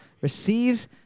receives